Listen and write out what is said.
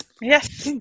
Yes